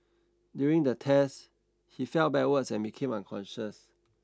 during the test he fell backwards and became unconscious